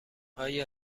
آیا